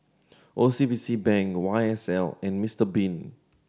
O C B C Bank Y S L and Mister Bean